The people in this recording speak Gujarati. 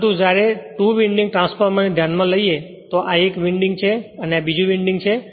પરંતુ જ્યારે ટુ વિન્ડિંગ ટ્રાન્સફોર્મરને ધ્યાનમાં લઈએ તો આ 1 વિન્ડિંગ છે અને આ બીજું વિન્ડિંગ છે